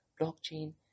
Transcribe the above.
blockchain